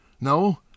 No